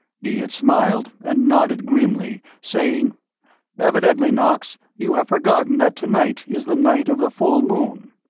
he had smiled and nodded grimly, saying evidently, knox, you have forgotten that to-night is the night of the full moon.